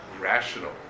rational